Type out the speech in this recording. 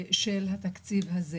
של התקציב הזה,